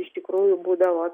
iš tikrųjų būdavo